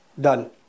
Done